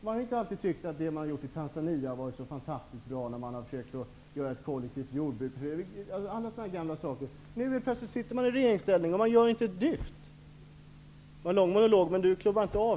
De har inte alltid tyckt att det som har gjorts i t.ex. Tanzania har varit så fantastiskt bra, när man har försökt göra ett kollektivt jordbruk. Men helt plötsligt sitter de i regeringen och gör inte ett dyft. Detta var en lång monolog, men du klubbade inte av.